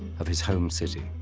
of his home city.